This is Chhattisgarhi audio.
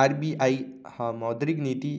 आर.बी.आई ह मौद्रिक नीति